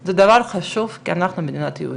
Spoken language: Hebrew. זה דבר חשוב כי אנחנו מדינה יהודית,